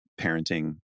parenting